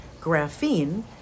graphene